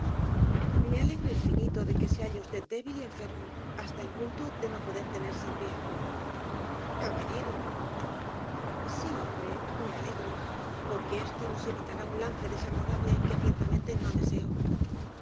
me alegro infinito de que se halle usted débil y enfermo hasta el punto de no poder tenerse en pie caballero sí hombre me alegro porque esto nos evitará un lance desagradable que ciertamente no deseo